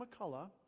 McCullough